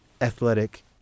athletic